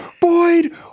Boyd